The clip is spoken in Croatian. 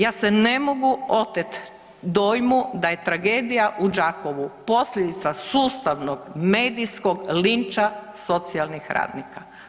Ja se ne mogu otet dojmu da je tragedija u Đakovu posljedica sustavnog medijskog linča socijalnih radnika.